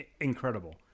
incredible